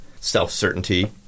self-certainty